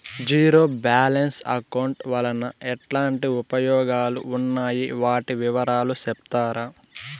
Zero balance account వలన ఎట్లాంటి ఉపయోగాలు ఉన్నాయి? వాటి వివరాలు సెప్తారా?